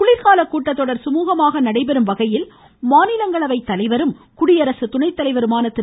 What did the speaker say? குளிர்கால கூட்டத்தொடர் சுமூகமாக நடைபெறும் வகையில் மாநிலங்களவைத் தலைவரும் குடியரசு துணைத்தலைவருமான திரு